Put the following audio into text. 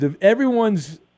Everyone's